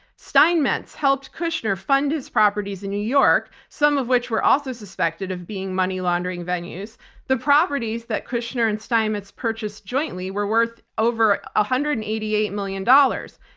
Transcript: steinmetz helped kushner fund his properties in new york. some of which were also suspected of being money laundering venues. the properties that kushner and steinmetz purchased jointly were worth over one ah hundred and eighty eight million dollars.